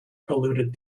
polluted